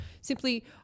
simply